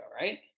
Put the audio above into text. right